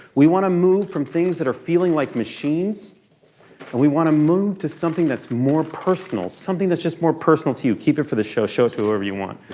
we want to move from things that are feeling like machines, and we want to move to something that's more personal. something that's just more personal to you. keep it for the show. show it to whoever you want.